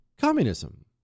communism